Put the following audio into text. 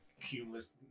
cumulus